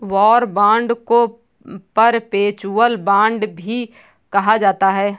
war bond को perpetual bond भी कहा जाता है